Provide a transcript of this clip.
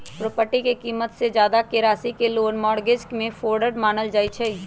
property के कीमत से जादा के राशि के लोन मोर्गज में फरौड मानल जाई छई